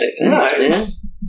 Nice